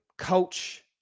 coach